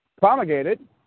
promulgated